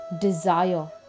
desire